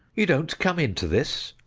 you don't come into this?